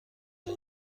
این